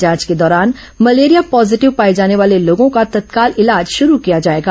जांच के दौरान मलेरिया पॉजीटिव पाए जाने वाले लोगों का तत्काल इलाज शुरू किया जाएगा